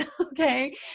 okay